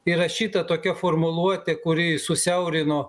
įrašyta tokia formuluotė kuri susiaurino